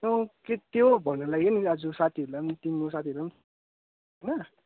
त्यो के त्यो भन्नुको लागि नि आज साथीहरूलाई पनि तिम्रो साथीहरूलाई पनि